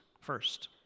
first